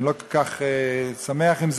אני לא כל כך שמח עם זה.